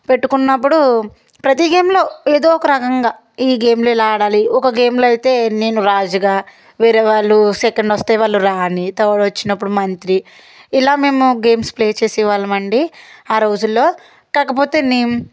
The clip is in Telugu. పెట్టుకున్నప్పుడు ప్రతి గేమ్లో ఏదో ఒక రకంగా ఈ గేమ్లు ఇలా ఆడాలి ఒక గేమ్లో అయితే నేను రాజుగా వేరే వాళ్ళు సెకండ్ వస్తే వాళ్ళు రాణి థర్డ్ వచ్చినప్పుడు వాళ్లు మంత్రి ఇలా మేము గేమ్స్ ప్లే చేసే వాళ్ళమండి ఆ రోజుల్లో కాకపోతే మేము